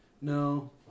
No